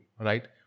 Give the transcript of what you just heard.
right